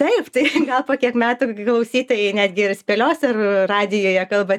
taip tai gal po kiek metų klausytojai netgi ir spėlios ar radijuje kalba